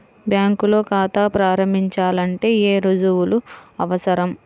బ్యాంకులో ఖాతా ప్రారంభించాలంటే ఏ రుజువులు అవసరం?